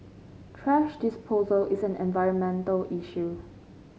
thrash disposal is an environmental issue